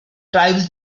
tribal